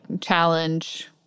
challenge